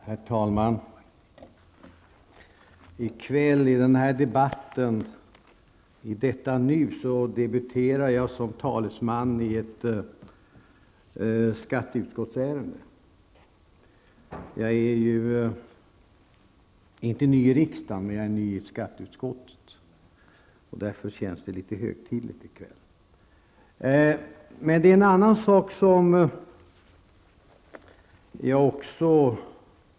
Herr talman! I kväll i denna debatt, i detta nu, debuterar jag som talesman i ett skatteutskottsärende. Jag är ju inte ny i riksdagen, men jag är ny i skatteutskottet. Därför känns det litet högtidligt i kväll. Men jag upplever en annan sak också.